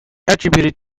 attributed